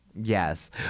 Yes